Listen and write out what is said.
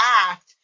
act